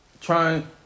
trying